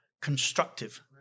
constructive